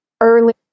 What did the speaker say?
early